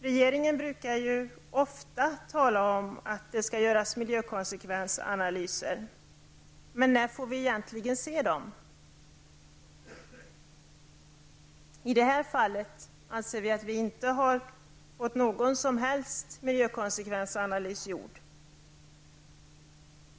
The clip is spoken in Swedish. Regeringen brukar ju ofta tala om att det skall göras miljökonsekvensanalyser, men när får vi egentligen se dem? I det här fallet anser vi att vi inte har fått någon som helst miljökonsekvensanalys gjord.